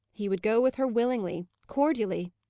he would go with her willingly, cordially.